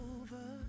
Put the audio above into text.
over